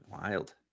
Wild